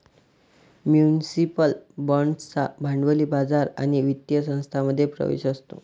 municipal बाँड्सना भांडवली बाजार आणि वित्तीय संस्थांमध्ये प्रवेश असतो